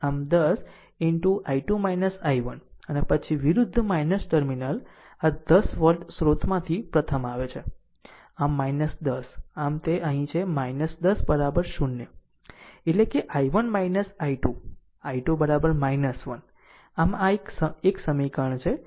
આમ 10 into I2 I1 અને પછી વિરુધ્ધ ટર્મિનલ આ 10 વોલ્ટ સ્રોતમાંથી પ્રથમ આવે આમ 10 આમ તે અહીં છે 10 0 એટલે કે I1 2 I2 1 આ 1 સમીકરણ છે